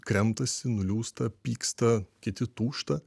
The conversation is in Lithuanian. kremtasi nuliūsta pyksta kiti tūžta